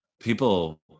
People